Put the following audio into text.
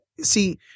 See